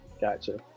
Gotcha